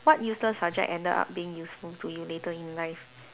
what useless subject ended up being useful to you later in life